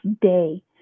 day